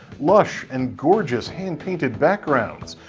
lush and gorgeous hand painted backgrounds,